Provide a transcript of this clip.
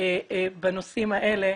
בנושאים האלה,